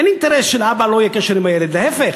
אין אינטרס שלאבא לא יהיה קשר עם הילד, להפך,